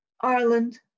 Ireland